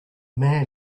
man